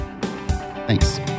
Thanks